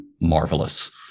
marvelous